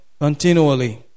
continually